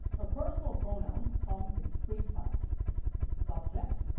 ah personal pronouns come in three types subject,